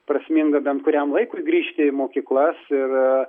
prasminga bent kuriam laikui grįžt į mokyklas ir